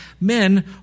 Men